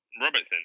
Robertson